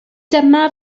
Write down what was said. dyma